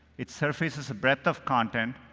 it serves as a breadth of content,